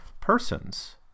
persons